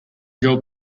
girl